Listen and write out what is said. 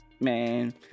Man